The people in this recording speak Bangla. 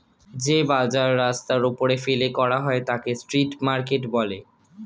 যে বাজার রাস্তার ওপরে ফেলে করা হয় তাকে স্ট্রিট মার্কেট বলে